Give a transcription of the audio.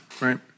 right